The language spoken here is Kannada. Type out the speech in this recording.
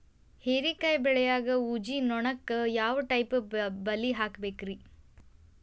ಹೇರಿಕಾಯಿ ಬೆಳಿಯಾಗ ಊಜಿ ನೋಣಕ್ಕ ಯಾವ ಟೈಪ್ ಬಲಿ ಹಾಕಬೇಕ್ರಿ?